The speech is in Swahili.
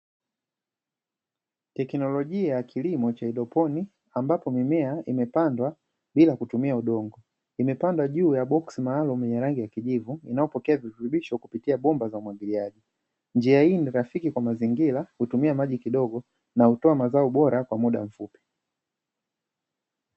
Teknolojia ya kilimo cha haidroponi, ambapo mimea imepandwa bila kutumia udongo. Imepandwa juu ya boksi maalum yenye rangi ya kijivu, inapokea virutubisho kupitia bomba za umwagiliaji. Njia hii ni rafiki kwa mazingira, hutumia maji kidogo na hutoa mazao bora kwa muda mfupi.